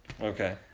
Okay